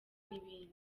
n’ibindi